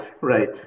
right